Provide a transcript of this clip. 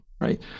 right